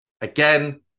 Again